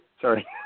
Sorry